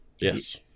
Yes